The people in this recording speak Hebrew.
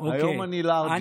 היום אני לארג' איתכם.